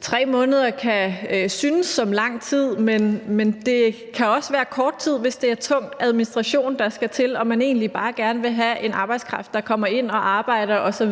3 måneder kan synes som lang tid, men det kan også være kort tid, hvis det er tung administration, der skal til, og man egentlig bare gerne vil have en arbejdskraft, der kommer ind og arbejder